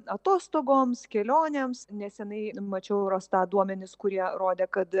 atostogoms kelionėms nesenai mačiau eurostat duomenis kurie rodė kad